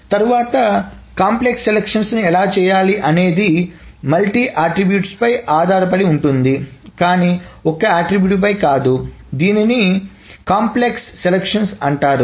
తరువాత సంక్లిష్టమైన ఎంపికలను ఎలా చేయాలి అనేది బహుళ అట్ట్రిబ్యూట్ల పై ఆధారపడి ఉంటుంది కానీ ఒక అట్ట్రిబ్యూట్ పై కాదు దీనిని సంక్లిష్టమైన ఎంపికల అంటారు